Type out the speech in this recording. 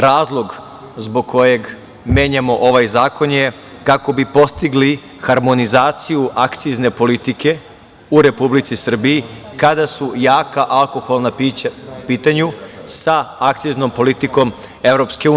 Razlog zbog kojeg menjamo ovaj zakon je kako bi postigli harmonizaciju akcizne politike u Republici Srbiji kada su jaka alkoholna pića u pitanju sa akciznom politikom EU.